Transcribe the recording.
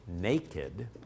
naked